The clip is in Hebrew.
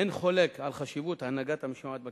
אין חולק על חשיבות הנהגת המשמעת בכיתה.